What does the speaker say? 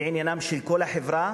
היא עניינה של כל החברה,